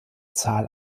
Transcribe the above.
zahl